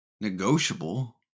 negotiable